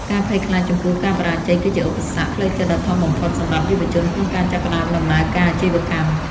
ការភ័យខ្លាចចំពោះការបរាជ័យគឺជាឧបសគ្គផ្លូវចិត្តដ៏ធំបំផុតសម្រាប់យុវជនក្នុងការចាប់ផ្ដើមដំណើរការអាជីវកម្ម។